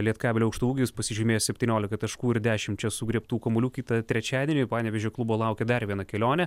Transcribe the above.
lietkabelio aukštaūgis pasižymėjo septyniolika taškų ir dešimčia sugriebtų kamuolių kitą trečiadienį panevėžio klubo laukia dar viena kelionė